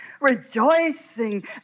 Rejoicing